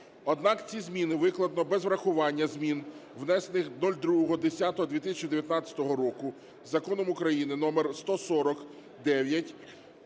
Однак ці зміни викладено без урахування змін, внесених 02.10.2019 року Законом України №1409